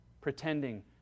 Pretending